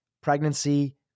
pregnancy